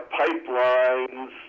pipelines